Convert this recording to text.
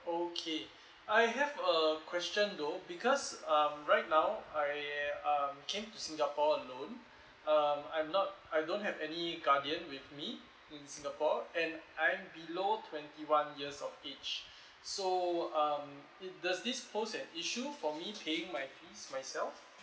okay I have a question though because um right now I am um came to singapore alone um I'm not I don't have any guardian with me in singapore and I'm below twenty one years of age so um it does this post an issue for me paying my fees myself